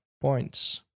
points